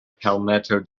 palmetto